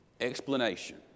explanation